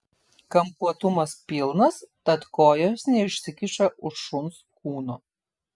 kampuotumas pilnas tad kojos neišsikiša už šuns kūno